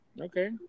okay